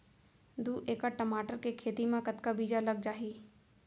दू एकड़ टमाटर के खेती मा कतका बीजा लग जाही?